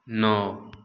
नौ